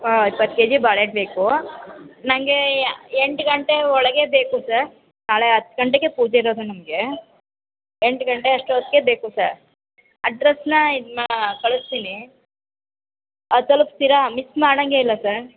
ಹಾಂ ಇಪ್ಪತ್ತು K G ಬಾಳೆಹಣ್ಣು ಬೇಕು ನಂಗೆ ಎಂಟು ಗಂಟೆ ಒಳಗೆ ಬೇಕು ಸರ್ ನಾಳೆ ಹತ್ತು ಗಂಟೆಗೆ ಪೂಜೆ ಇರೋದು ನಮಗೆ ಎಂಟು ಗಂಟೆ ಅಷ್ಟೊತ್ಗೆ ಬೇಕು ಸರ್ ಅಡ್ರೆಸ್ನ ನಾ ಕಳಿಸ್ತೀನಿ ಅ ತಲುಪಿಸ್ತೀರಾ ಮಿಸ್ ಮಾಡೊಂಗೇಯಿಲ್ಲ ಸರ್